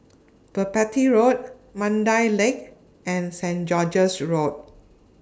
Merpati Road Mandai Lake and Saint George's Road